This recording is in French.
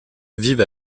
vivent